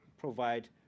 provide